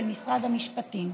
של משרד המשפטים.